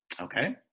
Okay